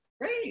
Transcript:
Great